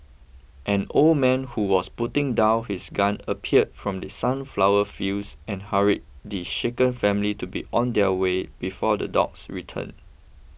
an old man who was putting down his gun appeared from the sunflower fields and hurried the shaken family to be on their way before the dogs return